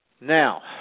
now